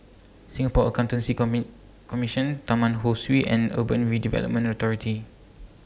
Singapore Accountancy Commission Taman Ho Swee and Urban Redevelopment Authority